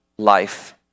Life